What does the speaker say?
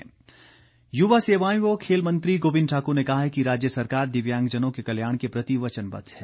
गोबिंद ठाकुर युवा सेवाएं व खेल मंत्री गोबिंद ठाकुर ने कहा है कि राज्य सरकार दिव्यांगजनों के कल्याण के प्रति वचनबद्व है